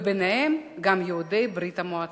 בינם גם יהודי ברית-המועצות.